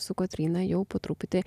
su kotryna jau po truputį